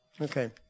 Okay